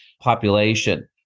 population